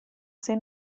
sei